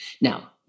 Now